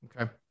Okay